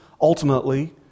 ultimately